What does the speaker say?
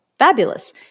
fabulous